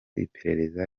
iperereza